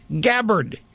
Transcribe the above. Gabbard